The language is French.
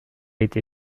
été